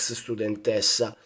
studentessa